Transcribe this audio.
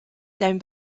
down